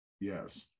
Yes